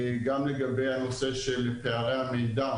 גם לגבי הנושא של פערי המידע